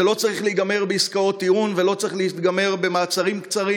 זה לא צריך להיגמר בעסקאות טיעון ולא צריך להיגמר במעצרים קצרים,